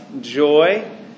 joy